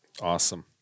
Awesome